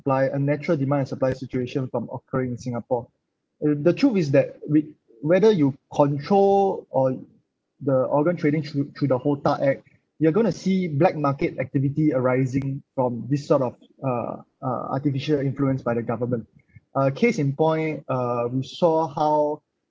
a natural demand and supply situation from occurring in singapore uh the truth is that whe~ whether you control on the organ trading throu~ through the HOTA act you're going to see black market activity arising from this sort of uh uh artificial influence by the government a case in point um we saw how